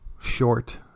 short